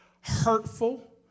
hurtful